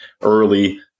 early